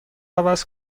عوض